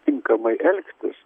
tinkamai elgtis